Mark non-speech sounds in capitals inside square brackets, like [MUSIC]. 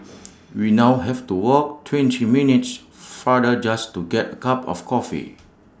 [NOISE] we now have to walk twenty minutes farther just to get A cup of coffee